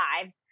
lives